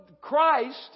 Christ